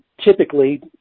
typically